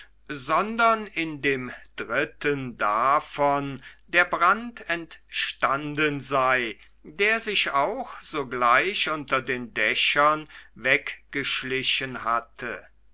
sondern in dem dritten davon der brand entstanden sei der sich auch sogleich unter den dächern weggeschlichen hatte